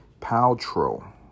Paltrow